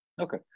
Okay